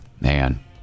Man